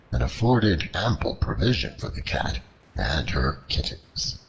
and afforded ample provision for the cat and her kittens.